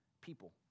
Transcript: people